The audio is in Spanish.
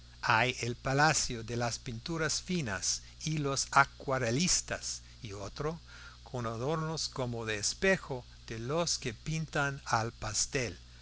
hay el palacio de las pinturas finas de los acuarelistas y otro con adornos como de espejo de los que pintan al pastel